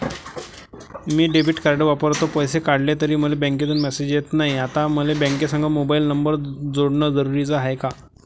मी debit card वापरतो, पैसे काढले तरी मले बँकेमंधून मेसेज येत नाय, आता मले बँकेसंग मोबाईल नंबर जोडन जरुरीच हाय का?